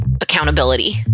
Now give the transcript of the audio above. accountability